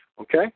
Okay